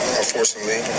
unfortunately